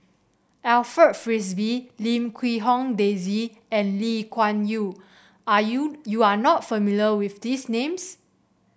Alfred Frisby Lim Quee Hong Daisy and Lee Kuan Yew are you you are not familiar with these names